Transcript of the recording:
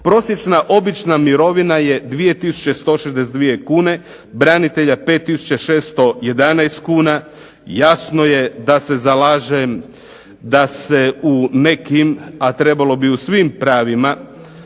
Prosječna obična mirovina je 2162 kune, branitelja 5611 kuna, jasno je da se zalažem da se u nekim a trebalo bi u svim pravima,